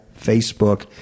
Facebook